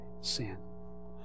sin